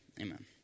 amen